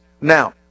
Now